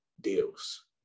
deals